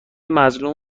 مظلوم